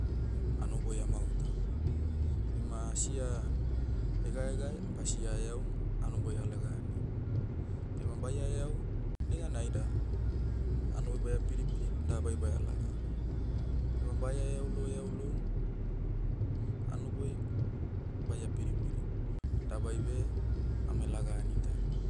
N- hanoboi amahutam. Bema asia, hegaegae, basia heaum, hanoboi alega anim. Bema baia eau, neganaida, hanoi baia pidipidim dabai baia lagahani. Bema baia heau lou heau loum, hanoboi, baia pidipidim. Dabai beh, amai laga hani taimina.